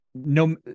No